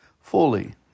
fully